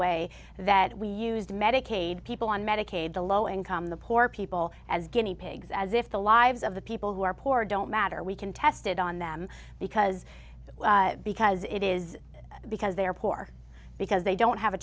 way that we use medicaid people on medicaid to low income the poor people as guinea pigs as if the lives of the people who are poor don't matter we can test it on them because because it is because they are poor because they don't have a